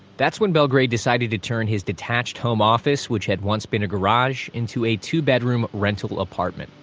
that's when belgrade decided to turn his detached home office, which had once been a garage, into a two-bedroom rental apartment